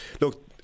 look